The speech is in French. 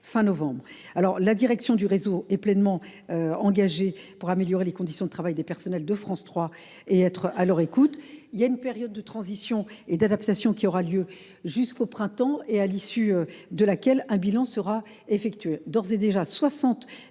La direction du réseau est pleinement engagée pour améliorer les conditions de travail des personnels de France 3 et être à leur écoute. Une période de transition et d’adaptation aura lieu jusqu’au printemps, à l’issue de laquelle un bilan sera effectué. D’ores et déjà, je